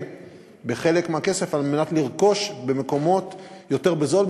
בחלק מהכסף על מנת לרכוש במקומות יותר בזול.